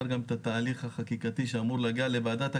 גם את התהליך החקיקתי שאמור להגיע לוועדת הכלכלה,